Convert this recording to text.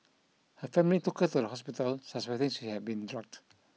her family took her to the hospital suspecting she had been drugged